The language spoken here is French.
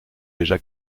déjà